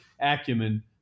acumen